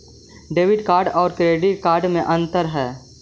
Debit card और credit card में अन्तर है?